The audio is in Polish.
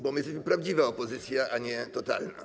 Bo my jesteśmy prawdziwa opozycja, a nie totalna.